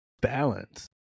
balance